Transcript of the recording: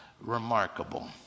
remarkable